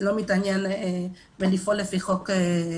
לא מתעניין בלפעול לפי חוק